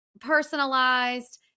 personalized